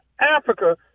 Africa